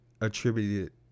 attributed